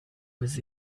was